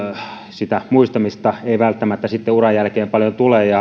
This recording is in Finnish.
sitä muistamista ei välttämättä sitten uran jälkeen paljon